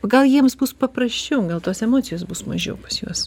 gal jiems bus paprasčiau gal tos emocijos bus mažiau pas juos